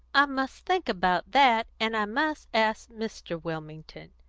i must think about that, and i must ask mr. wilmington.